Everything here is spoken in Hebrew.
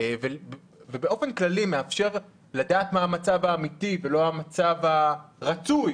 ובאופן כללי מאפשר לדעת מה המצב האמיתי ולא המצב הרצוי